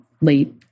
late